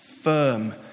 firm